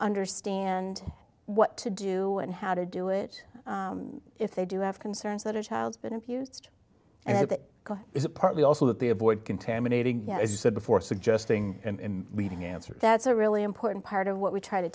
understand what to do and how to do it if they do have concerns that a child's been abused and that is it partly also that they avoid contaminating as you said before suggesting and reading answers that's a really important part of what we try to